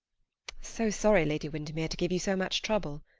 so sorry, lady windermere, to give you so much trouble.